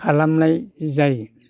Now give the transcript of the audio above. खालामनाय जायो